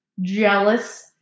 Jealous